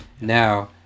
now